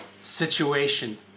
situation